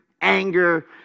anger